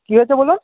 কী হয়েছে বলুন